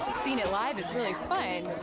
seeing it live is really fun